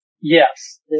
Yes